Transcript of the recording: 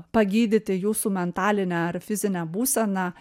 pagydyti jūsų mentalinę ar fizinę būseną